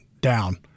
down